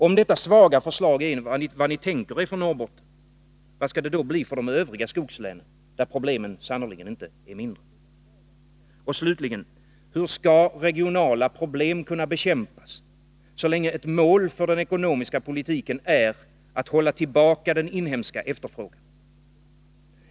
Om detta svaga förslag är vad ni tänker er för Norrbotten, vad skall det då bli för de övriga skogslänen, där problemen sannerligen inte är mindre? Och slutligen: Hur skall regionala problem kunna bekämpas, så länge ett mål för den ekonomiska politiken är att hålla tillbaka den inhemska efterfrågan?